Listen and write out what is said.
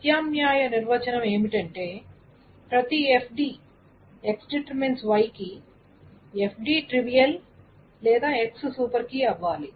ప్రత్యామ్నాయ నిర్వచనం ఏమిటంటే ప్రతి FD X → Y కి FD ట్రివియల్ లేదా X సూపర్ కీ అవ్వాలి